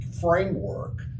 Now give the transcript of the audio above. framework